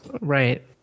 Right